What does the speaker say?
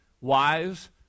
Wives